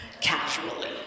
casually